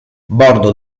bordo